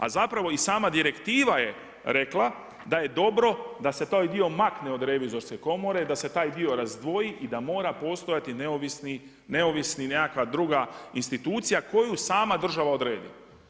A zapravo i sama direktiva je rekla da je dobro da se taj dio makne od revizorske komore, da se taj dio razdvoji i da mora postojati neovisna nekakva druga institucija koju sama država odredi.